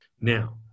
now